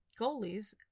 Goalies